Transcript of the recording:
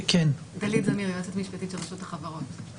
דלית זמיר, יועצת משפטית ברשות החברות.